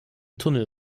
tunnel